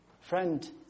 friend